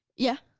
yeah.